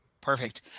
Perfect